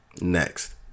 next